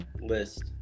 list